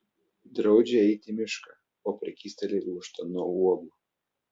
draudžia eiti į mišką o prekystaliai lūžta nuo uogų